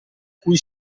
cui